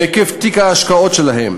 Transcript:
מהיקף תיק ההשקעות שלהם,